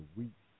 week